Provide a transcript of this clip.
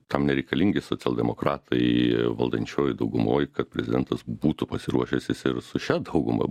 tam nereikalingi socialdemokratai valdančioj daugumoj kad prezidentas būtų pasiruošęs ir su šia dauguma